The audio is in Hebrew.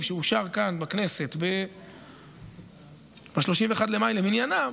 שאושר כאן בכנסת ב-31 במאי למניינם,